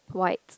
white